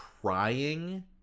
trying